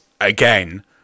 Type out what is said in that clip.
again